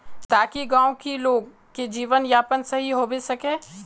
ताकि गाँव की लोग के जीवन यापन सही होबे सके?